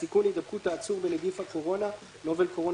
"הסיכון להידבקות העצור בנגיף הקורונה (Novel Coronavirus